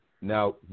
Now